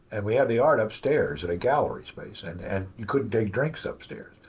and we had the art upstairs in a gallery space, and and you couldn't take drinks upstairs.